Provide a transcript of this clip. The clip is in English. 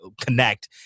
connect